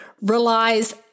relies